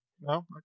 No